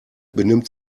benimmt